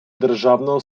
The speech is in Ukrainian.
державного